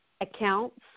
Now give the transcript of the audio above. accounts